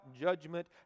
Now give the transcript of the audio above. judgment